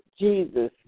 Jesus